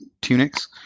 tunics